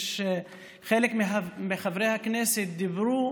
חלק מחברי הכנסת דיברו